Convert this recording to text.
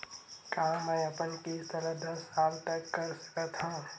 का मैं अपन किस्त ला दस साल तक कर सकत हव?